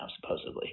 supposedly